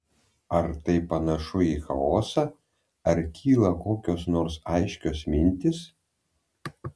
ar tai panašu į chaosą ar kyla kokios nors aiškios mintys